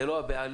זה לא הם בלבד.